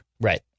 right